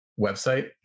website